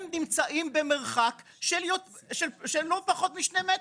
הם נמצאים במרחק של לא פחות משני מטרים?